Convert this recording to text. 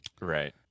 right